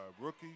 rookie